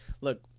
look